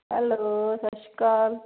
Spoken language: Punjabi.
ਹੈਲੋ ਸਤਿ ਸ਼੍ਰੀ ਅਕਾਲ